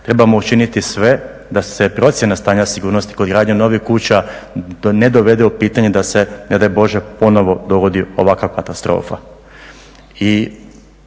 Trebamo učiniti sve da se procjena stanja sigurnosti kod gradnja novih kuća ne dovede u pitanje da se ne daj Bože ponovo dogodi ovakva katastrofa.